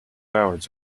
hours